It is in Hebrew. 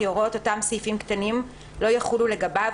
הוראות אותם סעיפים קטנים לא יחולו לגביו,